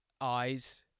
eyes